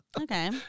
Okay